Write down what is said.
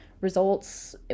results